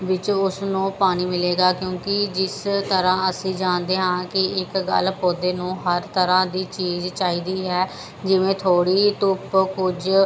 ਵਿੱਚ ਉਸਨੂੰ ਪਾਣੀ ਮਿਲੇਗਾ ਕਿਉਂਕਿ ਜਿਸ ਤਰ੍ਹਾਂ ਅਸੀਂ ਜਾਣਦੇ ਹਾਂ ਕਿ ਇੱਕ ਗੱਲ ਪੌਦੇ ਨੂੰ ਹਰ ਤਰ੍ਹਾਂ ਦੀ ਚੀਜ਼ ਚਾਹੀਦੀ ਹੈ ਜਿਵੇਂ ਥੋੜ੍ਹੀ ਧੁੱਪ ਕੁਝ